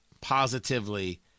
positively